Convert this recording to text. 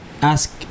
ask